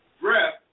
breath